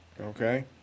Okay